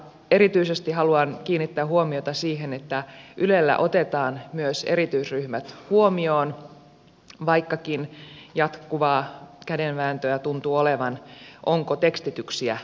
erityisesti haluan kiinnittää huomiota siihen että ylellä otetaan myös erityisryhmät huomioon vaikkakin jatkuvaa kädenvääntöä tuntuu olevan siitä onko tekstityksiä riittävästi